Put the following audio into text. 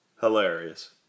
Hilarious